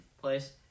place